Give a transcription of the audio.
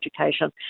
education